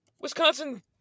Wisconsin